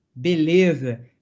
Beleza